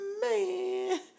Man